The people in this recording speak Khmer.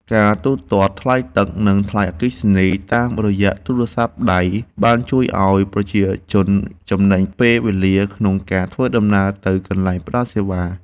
ការទូទាត់ថ្លៃទឹក និងថ្លៃអគ្គិសនីតាមរយៈទូរស័ព្ទដៃបានជួយឱ្យប្រជាជនចំណេញពេលវេលាក្នុងការធ្វើដំណើរទៅកន្លែងផ្តល់សេវា។